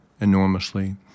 enormously